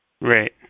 Right